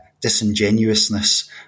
disingenuousness